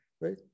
right